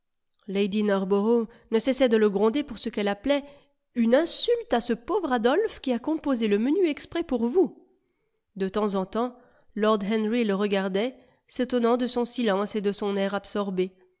lady narborough ne cessait de le gronder pour ce qu'elle appelait une insulte à ce pauvre adolphe qui a composé le menu exprès pour vous de temps en temps lord henry le regardait s'étonnant de son silence et de son air absorbé